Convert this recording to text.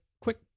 quick